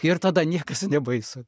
ir tada niekas nebaisu